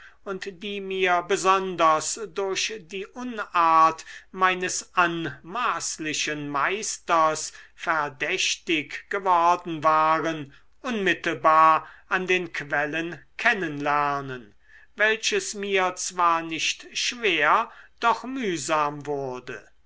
die mir besonders durch die unart meines anmaßlichen meisters verdächtig geworden waren unmittelbar an den quellen kennen lernen welches mir zwar nicht schwer doch mühsam wurde